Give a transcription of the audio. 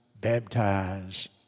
baptize